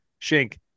Shink